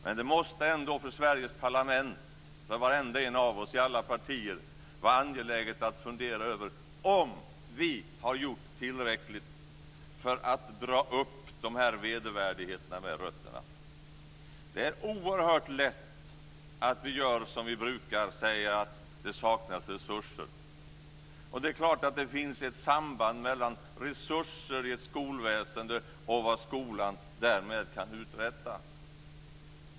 Men det måste ändå för Sveriges parlament, för varenda en av oss i alla partier, vara angeläget att fundera över om vi har gjort tillräckligt för att dra upp de här vedervärdigheterna med rötterna. Det är oerhört lätt att vi gör som vi brukar och säger att det saknas resurser. Det är klart att det finns ett samband mellan resurser i ett skolväsende och vad skolan därmed kan uträtta.